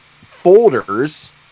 folders